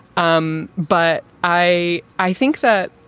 um but i i think that,